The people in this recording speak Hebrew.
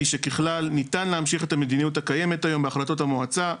שככלל ניתן להמשיך את המדיניות הקיימת היום בהחלטות המועצה,